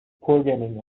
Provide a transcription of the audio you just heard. programming